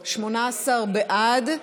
18 בעד.